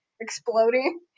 exploding